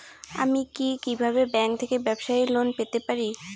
আমি কি কিভাবে ব্যাংক থেকে ব্যবসায়ী লোন পেতে পারি?